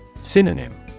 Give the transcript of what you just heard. Synonym